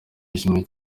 yashimiwe